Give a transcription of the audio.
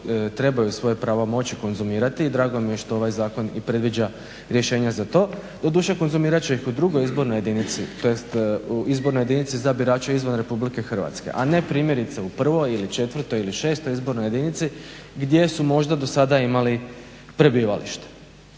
trebaju moći svoje pravo konzumirati i drago mi je što ovaj zakon i predviđa rješenja za to. Doduše konzumirat će ih u drugoj izbornoj jedinici, tj. u izbornoj jedinici za birače izvan RH, a ne primjerice u 1., ili 4., ili 6. izbornoj jedinici gdje su možda do sada imali prebivalište.